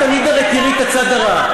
את הרי תמיד תראי את הצד הרע.